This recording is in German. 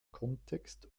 kontext